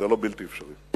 זה לא בלתי אפשרי.